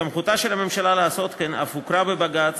סמכותה של הממשלה לעשות כן אף הוכרה בבג"ץ